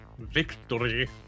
Victory